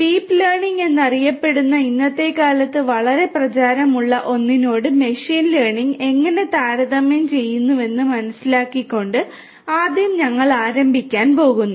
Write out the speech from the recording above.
deep learning എന്നറിയപ്പെടുന്ന ഇന്നത്തെക്കാലത്ത് വളരെ പ്രചാരമുള്ള ഒന്നിനോട് മെഷീൻ ലേണിംഗ് എങ്ങനെ താരതമ്യം ചെയ്യുന്നുവെന്ന് മനസിലാക്കിക്കൊണ്ട് ആദ്യം ഞങ്ങൾ ആരംഭിക്കാൻ പോകുന്നു